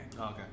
Okay